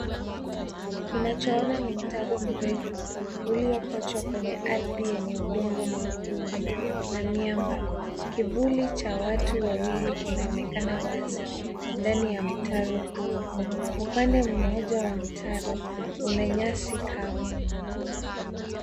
Tunachoona ni mtaro mrefu uliopochwa kwenye ardhi yenye udongo mwekundu na miamba. Kivuli cha watu wawili kinaonekana wazi ndani ya mtaro huo. Upande mmoja wa mtaro unanyasi kavu.